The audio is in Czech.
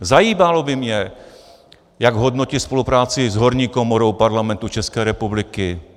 Zajímalo by mě, jak hodnotí spolupráci s horní komorou Parlamentu České republiky.